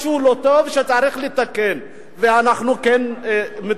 משהו לא טוב, שצריך לתקן אותו, ואנחנו כן מתקנים.